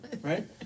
right